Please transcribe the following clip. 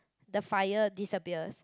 the fire disappears